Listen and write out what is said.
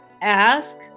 ask